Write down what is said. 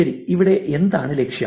ശരി ഇവിടെ എന്താണ് ലക്ഷ്യം